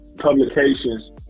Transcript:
publications